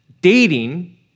Dating